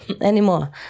anymore